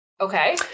Okay